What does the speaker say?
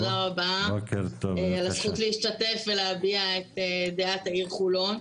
תודה רבה על הזכות להשתתף ולהביע את דעת העיר חולון.